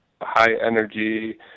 high-energy